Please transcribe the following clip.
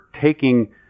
taking